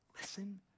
Listen